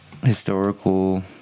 historical